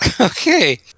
okay